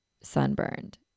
sunburned